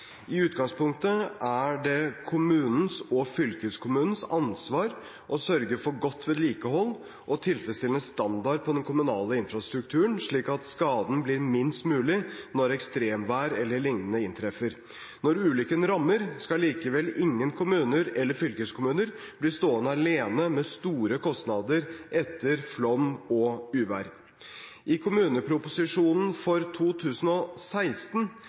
I utgangspunktet er det kommunens og fylkeskommunens ansvar å sørge for godt vedlikehold og tilfredsstillende standard på den kommunale infrastrukturen, slik at skaden blir minst mulig når ekstremvær eller lignende inntreffer. Når ulykken rammer, skal likevel ingen kommuner eller fylkeskommuner bli stående alene med store kostnader etter flom og uvær. I kommuneproposisjonen for 2016